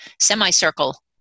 semicircle